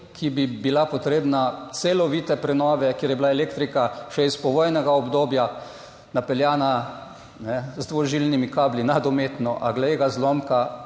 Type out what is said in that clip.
ki bi bila potrebna celovite prenove, kjer je bila elektrika še iz povojnega obdobja napeljana z dvožilnimi kabli nad umetno, a glej ga zlomka,